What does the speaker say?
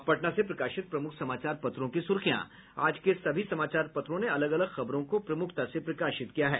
अब पटना से प्रकाशित प्रमुख समाचार पत्रों की सुर्खियां आज के सभी समाचार पत्रों ने अलग अलग खबरों को प्रमूखता से प्रकाशित किया है